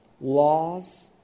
Laws